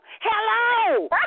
hello